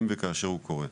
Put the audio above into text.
אם וכאשר הוא קורה.